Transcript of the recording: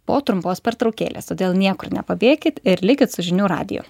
po trumpos pertraukėlės todėl niekur nepabėkit ir likit su žinių radiju